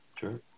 Sure